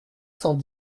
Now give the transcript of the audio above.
cent